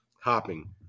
Hopping